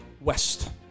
West